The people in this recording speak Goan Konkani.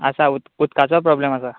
आसा उद उदकाचोय प्रोब्लेम आसा